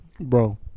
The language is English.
bro